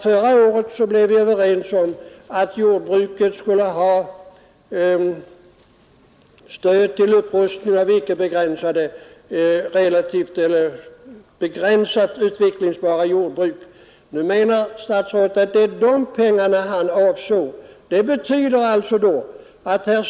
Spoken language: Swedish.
Förra året kom vi överens om att jordbruket skulle ge stöd till upprustning av begränsat utvecklingsbara jordbruk. Nu säger statsrådet att det är de pengarna han avsåg i detta sammanhang.